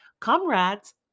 Comrades